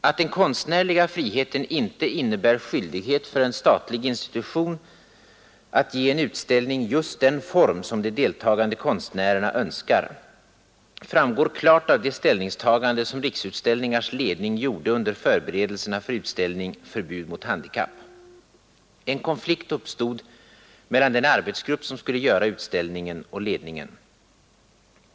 Att den konstnärliga friheten inte innebär skyldighet för en statlig institution att ge en utställning just den form som de deltagande konstnärerna önskar, framgår klart av det ställningstagande som Riksutställningars ledning gjorde under förberedelserna för utställningen ”Förbud mot handikapp”. En konflikt uppstod mellan den arbetsgrupp som skulle göra utställningen och ledningen.